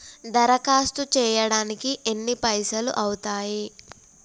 దరఖాస్తు చేయడానికి ఎన్ని పైసలు అవుతయీ?